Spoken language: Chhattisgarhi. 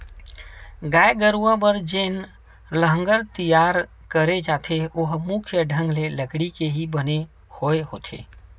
गाय गरुवा बर जेन लांहगर तियार करे जाथे ओहा मुख्य ढंग ले लकड़ी के ही बने होय होथे